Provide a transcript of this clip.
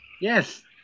Yes